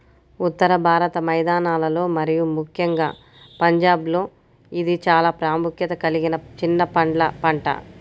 ఉత్తర భారత మైదానాలలో మరియు ముఖ్యంగా పంజాబ్లో ఇది చాలా ప్రాముఖ్యత కలిగిన చిన్న పండ్ల పంట